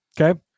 Okay